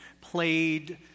played